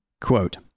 Quote